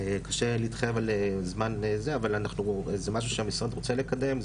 קשה להתחייב על זמן אבל זה משהו שהמשרד רוצה לקדם,